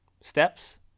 steps